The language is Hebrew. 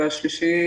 ושלישית,